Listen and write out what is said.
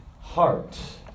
heart